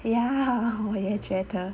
ya 我也觉得